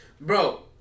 Bro